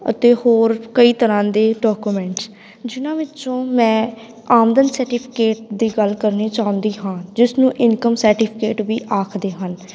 ਅਤੇ ਹੋਰ ਕਈ ਤਰ੍ਹਾਂ ਦੇ ਡਾਕੂਮੈਂਟਸ ਜਿਨ੍ਹਾਂ ਵਿੱਚੋਂ ਮੈਂ ਆਮਦਨ ਸਰਟੀਫਿਕੇਟ ਦੀ ਗੱਲ ਕਰਨੀ ਚਾਹੁੰਦੀ ਹਾਂ ਜਿਸ ਨੂੰ ਇਨਕਮ ਸਰਟੀਫਿਕੇਟ ਵੀ ਆਖਦੇ ਹਨ